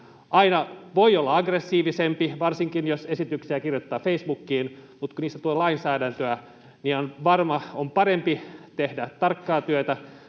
Aina voi olla aggressiivisempi, varsinkin jos esityksiä kirjoittaa Facebookiin, mutta kun niistä tulee lainsäädäntöä, niin on varma, on parempi tehdä tarkkaa työtä,